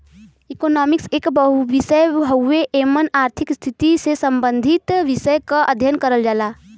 economics एक विषय हउवे एमन आर्थिक स्थिति से सम्बंधित विषय क अध्ययन करल जाला